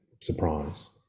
surprise